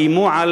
איימו על